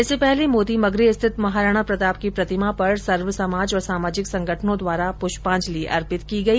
इससे पहले मोती मगरी स्थित महाराणा प्रताप की प्रतिमा पर सर्व समाज औरं सामाजिक संगठनों द्वारा प्रष्याजंलि अर्पित की गई